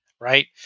right